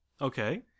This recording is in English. Okay